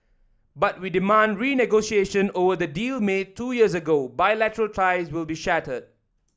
but we demand renegotiation over the deal made two years ago bilateral ties will be shattered